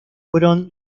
fueron